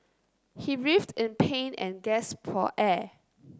he writhed in pain and gasped for air